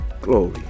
glory